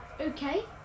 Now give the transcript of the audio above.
okay